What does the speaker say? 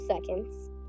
seconds